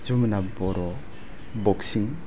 जमुना बर' बक्सिं